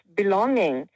belonging